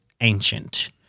ancient